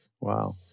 Wow